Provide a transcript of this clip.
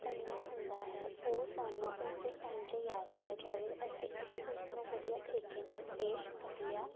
ਕਰਨਾ ਹੁੰਦਾ ਹੈ ਉਹ ਸਾਨੂੰ ਉਸ ਟਾਈਮ 'ਤੇ ਯਾਦ ਰਹਿ ਜਾਵੇ ਅਤੇ ਅਸੀਂ ਉਸ ਨੂੰ ਵਧੀਆ ਤਰੀਕੇ ਨਾਲ ਪੇਸ਼ ਕਰ ਲਿਆ